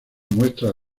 muestra